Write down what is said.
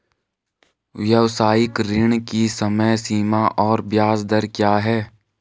व्यावसायिक ऋण की समय सीमा और ब्याज दर क्या है?